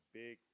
big